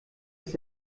ist